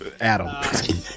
Adam